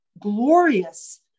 glorious